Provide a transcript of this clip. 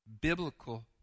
biblical